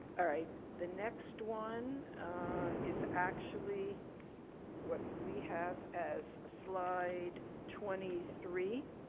all right. the next one is actually what we have as slide twenty three